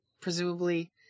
presumably